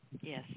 Yes